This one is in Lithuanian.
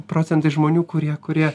procentai žmonių kurie kurie